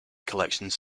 collections